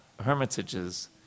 hermitages